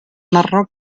marroc